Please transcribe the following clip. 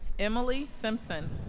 emily simpson